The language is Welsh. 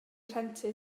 rhentu